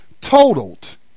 totaled